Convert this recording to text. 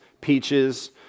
peaches